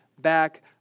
back